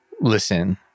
listen